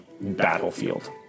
battlefield